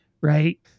right